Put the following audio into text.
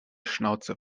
schnauze